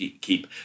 keep